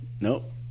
Nope